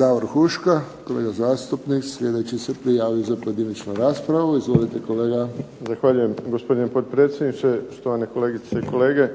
Davor Huška, kolega zastupnik, sljedeći se prijavio za pojedinačnu raspravu. Izvolite, kolege. **Huška, Davor (HDZ)** Zahvaljujem, gospodine potpredsjedniče. Štovane kolegice i kolege,